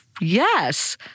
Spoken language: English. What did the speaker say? Yes